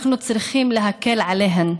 אנחנו צריכים להקל עליהן,